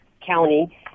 county